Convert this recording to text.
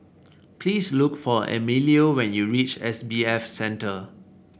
please look for Emilio when you reach S B F Center